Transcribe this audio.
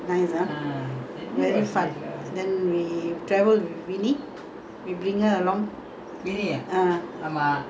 but our happiest moment is when we went to sydney uh nice ah very fun and then we travelled with winnie